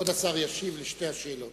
כבוד השר ישיב על שתי השאלות.